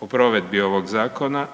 o provedbi ovog zakona,